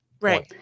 right